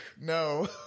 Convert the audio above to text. no